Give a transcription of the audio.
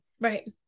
right